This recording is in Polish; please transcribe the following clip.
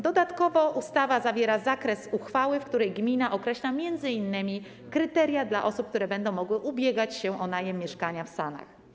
Dodatkowo w ustawie ustala się zakres uchwały, w której gmina określa m.in. kryteria dla osób, które będą mogły ubiegać się o najem mieszkania w SAN.